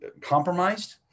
compromised